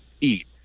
eat